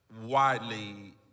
widely